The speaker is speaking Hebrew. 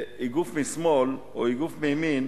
איגוף משמאל או איגוף מימין,